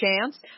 chance